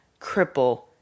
cripple